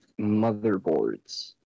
motherboards